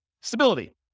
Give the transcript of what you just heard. Stability